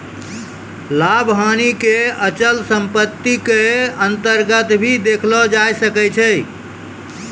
लाभ हानि क अचल सम्पत्ति क अन्तर्गत भी देखलो जाय सकै छै